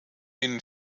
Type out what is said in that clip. ihnen